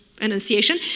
enunciation